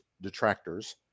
detractors